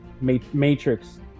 matrix